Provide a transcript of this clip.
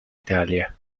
italia